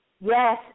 Yes